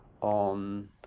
on